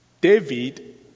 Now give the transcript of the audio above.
David